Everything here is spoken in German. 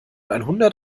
einhundert